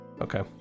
Okay